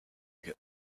get